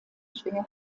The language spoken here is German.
schwer